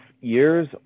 years